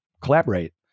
collaborate